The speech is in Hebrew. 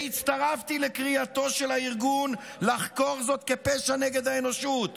והצטרפתי לקריאתו של הארגון לחקור זאת כפשע נגד האנושות